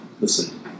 listen